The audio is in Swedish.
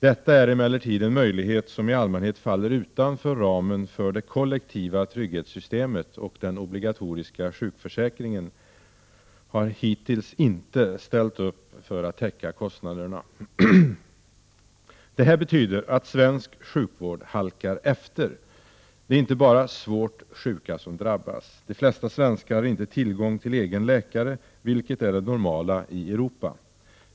Detta är emellertid en möjlighet som i allmänhet faller utanför ramen för det kollektiva trygghetssystemet, och den obligatoriska sjukförsäkringen har hittills inte ställt upp för att täcka kostnaderna. Det här betyder att svensk sjukvård halkar efter. Det är inte bara svårt sjuka som drabbas. De flesta svenskar har inte tillgång till egen läkare, vilket är det normala i Europa.